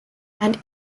and